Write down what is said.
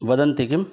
वदन्ति किम्